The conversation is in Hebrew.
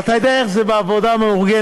ואתה יודע איך זה בעבודה מאורגנת,